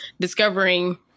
discovering